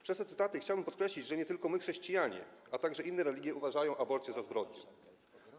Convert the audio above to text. Przez te cytaty chciałbym podkreślić, że nie tylko my, chrześcijanie, ale także inne religie uważają aborcję za zbrodnię.